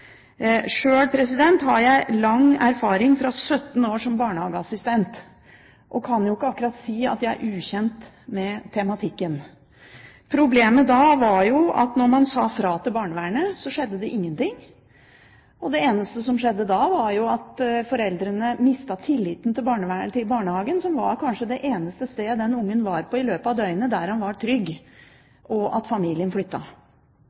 Sjøl har jeg lang erfaring etter 17 år som barnehageassistent og kan jo ikke akkurat si at jeg er ukjent med tematikken. Problemet da var at når man sa fra til barnevernet, så skjedde det ingenting. Det eneste som skjedde, var at foreldrene mistet tilliten til barnehagen – som kanskje var det eneste stedet barnet var på i løpet av døgnet hvor det var